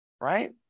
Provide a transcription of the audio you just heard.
right